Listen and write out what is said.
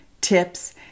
tips